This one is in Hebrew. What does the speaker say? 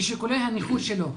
משיקולי הנוחות שלו.